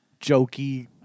jokey